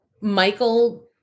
michael